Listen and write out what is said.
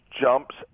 jumps